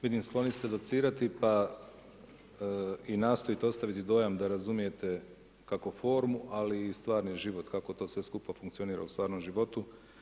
Vidim skloni ste docirati pa i nastojite ostaviti da razumijete kako formu, ali i stvarni život, kako to sve skupa funkcionira u stvarnom životu.